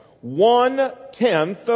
one-tenth